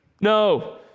No